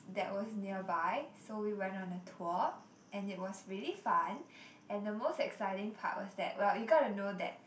that was nearby so we went on a tour and it was really fun and the most exciting part was that well you gotta know that